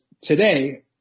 today